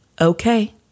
Okay